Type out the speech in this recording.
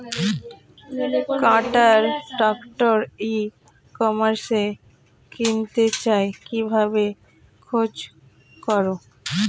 কাটার tractor ই কমার্সে কিনতে চাই কিভাবে খোঁজ করো?